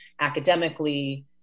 academically